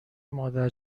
مادر